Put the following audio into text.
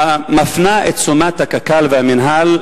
המפנה את תשומת לב הקק"ל והמינהל: